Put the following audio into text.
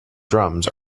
drums